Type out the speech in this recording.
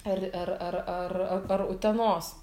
ar ar ar ar ar utenos